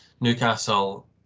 Newcastle